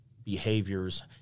behaviors